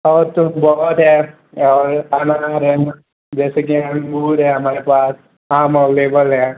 और तो बहुत है और अनार है जैसे कि अँगूर है हमारे पास आम एवलेबल है